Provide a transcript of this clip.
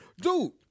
Dude